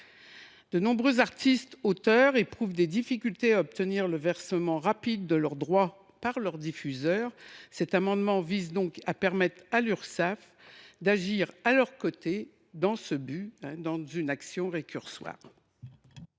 De nombreux artistes auteurs éprouvent des difficultés à obtenir le versement rapide de leurs droits par leurs diffuseurs. Cet amendement tend donc à permettre à l’Urssaf d’agir à leurs côtés dans ce but. Quel est l’avis de